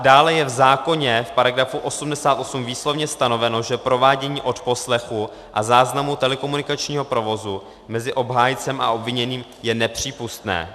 Dále je v zákoně v § 88 výslovně stanoveno, že provádění odposlechu a záznamu telekomunikačního provozu mezi obhájcem a obviněným je nepřípustné.